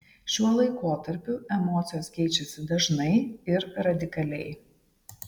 šiuo laikotarpiu emocijos keičiasi dažnai ir radikaliai